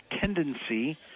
tendency